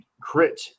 Crit